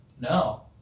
No